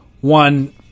one